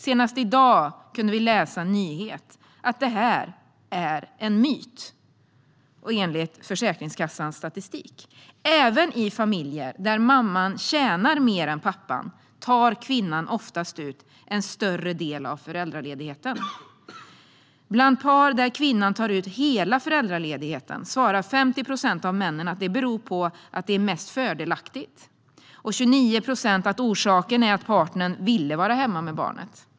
Senast i dag kunde vi läsa nyheten att det här är en myt, enligt Försäkringskassans statistik. Även i familjer där mamman tjänar mer än pappan tar kvinnan oftast ut en större del av föräldraledigheten. Bland par där kvinnan tar ut hela föräldraledigheten svarar 50 procent av männen att det beror på att det är mest fördelaktigt och 29 procent att orsaken är att partnern ville vara hemma med barnet.